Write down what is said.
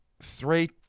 three